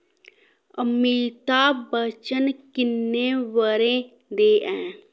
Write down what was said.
अमिताभ बच्चन किन्ने ब'रें दे ऐं